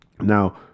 Now